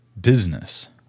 business